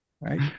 right